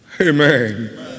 Amen